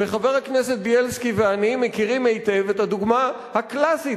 וחבר הכנסת בילסקי ואני מכירים היטב את הדוגמה הקלאסית,